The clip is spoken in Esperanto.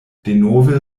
denove